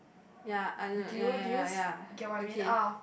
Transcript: ya uh ya ya ya ya okay